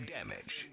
Damage